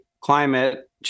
climate